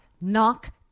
knock